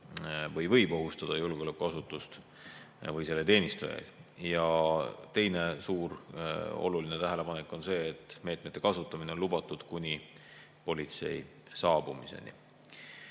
või võib ohustada julgeolekuasutust või selle teenistujaid. Teine oluline tähelepanek on see, et meetmete kasutamine on lubatud kuni politsei saabumiseni.